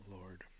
Lord